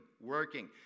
working